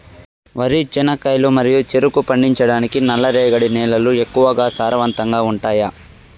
వరి, చెనక్కాయలు మరియు చెరుకు పండించటానికి నల్లరేగడి నేలలు ఎక్కువగా సారవంతంగా ఉంటాయా?